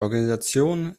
organisation